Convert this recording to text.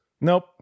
Nope